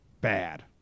bad